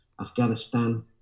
Afghanistan